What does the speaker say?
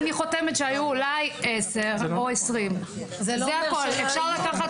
אני חותמת שהיו אולי 10 או 20. אפשר לקחת